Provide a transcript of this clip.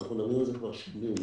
ואנחנו מדברים על זה כבר שנים.